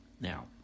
Now